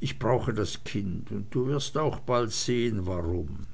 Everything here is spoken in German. ich brauche das kind und du wirst auch bald sehn warum